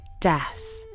death